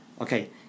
Okay